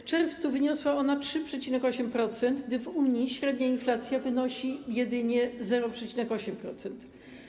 W czerwca wyniosła ona 3,8%, gdy w Unii średnia inflacja wynosi jedynie 0,8%.